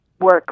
work